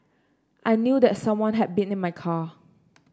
I knew that someone have been in my car